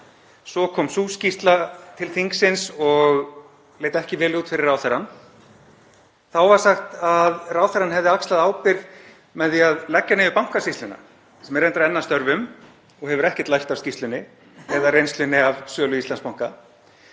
Svo kom sú skýrsla til þingsins og leit ekki vel út fyrir ráðherrann. Þá var sagt að ráðherrann hefði axlað ábyrgð með því að leggja niður Bankasýsluna, sem er reyndar enn að störfum og hefur ekkert lært af skýrslunni eða reynslunni af sölu Íslandsbanka.